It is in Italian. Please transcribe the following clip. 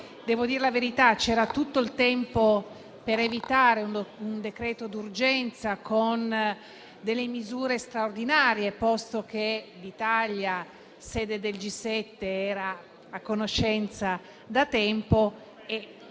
se, a dir la verità, c'era tutto il tempo per evitare un decreto d'urgenza con misure straordinarie, posto che l'Italia era a conoscenza da tempo